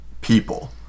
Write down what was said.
people